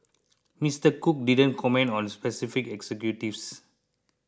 Mr Cook didn't comment on specific executives